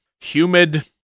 humid